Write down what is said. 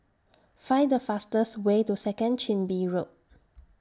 Find The fastest Way to Second Chin Bee Road